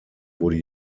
wurde